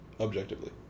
Objectively